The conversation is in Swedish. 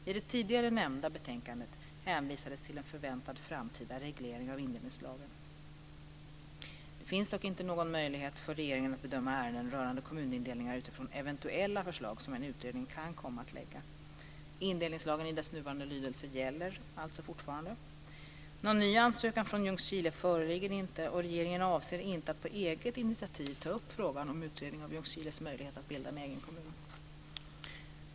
I det tidigare nämnda betänkandet hänvisades till en förväntad framtida reglering av indelningslagen. Det finns dock inte någon möjlighet för regeringen att bedöma ärenden rörande kommunindelningar utifrån eventuella förslag som en utredning kan komma att lägga fram. Indelningslagen i dess nuvarande lydelse gäller alltså fortfarande. Någon ny ansökan från Ljungskile föreligger inte, och regeringen avser inte att på eget initiativ ta upp frågan om utredning av Ljungskiles möjlighet att bilda en egen kommun.